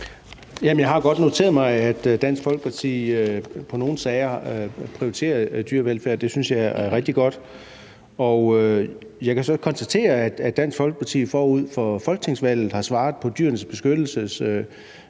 Jeg har godt noteret mig, at Dansk Folkeparti i nogle sager prioriterer dyrevelfærd, og det synes jeg er rigtig godt, og jeg kan så konstatere, at Dansk Folkeparti forud for folketingsvalget har svaret på Dyrenes Beskyttelses